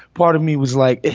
part of me was like,